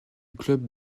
club